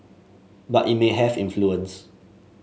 but it may have influence